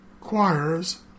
choirs